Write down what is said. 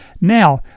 now